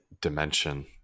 dimension